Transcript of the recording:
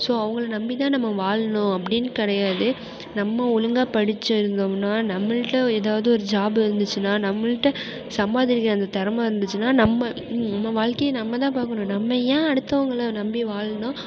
so அவங்கள நம்பிதான் நம்ம வாழணும் அப்படின்னு கிடையாது நம்ம ஒழுங்காக படிச்சுருந்தோம்னா நம்மகிட்ட ஏதாவது ஒரு ஜாபு இருந்துச்சுனா நம்மகிட்ட சம்பாதிக்கிற அந்த திறமா இருந்துச்சுனா நம்ம நம்ம வாழ்கையே நம்மதான் பார்க்கணும் நம்ம ஏன் அடுத்தவங்கள நம்பி வாழணும்